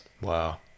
Wow